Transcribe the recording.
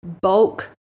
bulk